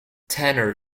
tanner